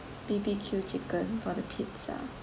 B_B_Q chicken for the pizza